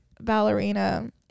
ballerina